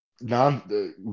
non